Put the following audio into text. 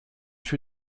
für